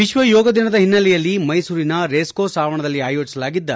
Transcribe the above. ವಿಶ್ವ ಯೋಗ ದಿನದ ಹಿನ್ನೆಲೆಯಲ್ಲಿ ಮೈಸೂರಿನ ರೇಸ್ಕೋರ್ಸ್ ಆವರಣದಲ್ಲಿ ಆಯೋಜಿಸಲಾಗಿದ್ದ